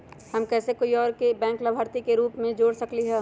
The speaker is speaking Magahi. हम कैसे कोई और के बैंक लाभार्थी के रूप में जोर सकली ह?